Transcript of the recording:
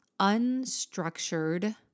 unstructured